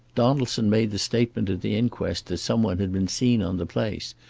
donaldson made the statement at the inquest that some one had been seen on the place,